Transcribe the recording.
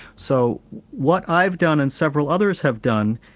so what i've done, and several others have done,